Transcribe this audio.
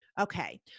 Okay